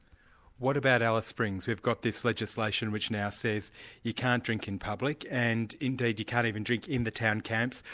what about alice springs? we've got this legislation which now says you can't drink in public and, indeed, you can't even drink in the town camps,